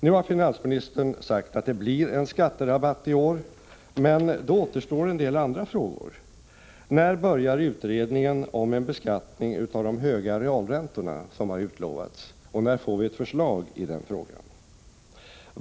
Nu har finansministern sagt att det blir en skatterabatt i år, men då återstår en del andra frågor. När börjar utredningen, som har utlovats, om en beskattning av de höga realräntorna, och när får vi ett förslag i den frågan?